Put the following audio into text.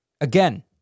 Again